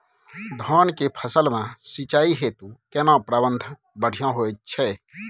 धान के फसल में सिंचाई हेतु केना प्रबंध बढ़िया होयत छै?